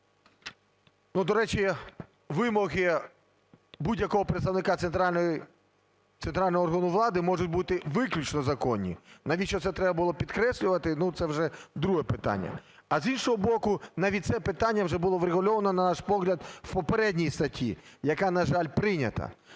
До речі, вимоги будь-якого представника центрального органу влади можуть бути виключно законні. Навіщо це треба підкреслювати, ну, це вже друге питання. А, з іншого боку, навіть це питання вже було врегульовано, на наш погляд, в попередній статті, яка, на жаль, прийнята.